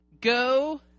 go